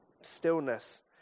stillness